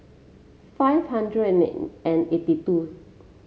five hundred and and eighty two